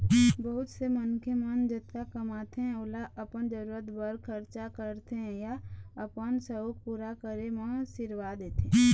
बहुत से मनखे मन जतका कमाथे ओला अपन जरूरत बर खरचा करथे या अपन सउख पूरा करे म सिरवा देथे